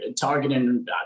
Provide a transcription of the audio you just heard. targeting